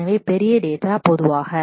எனவே பெரிய டேட்டா பொதுவாக